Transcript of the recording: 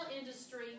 industry